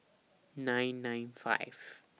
nine nine five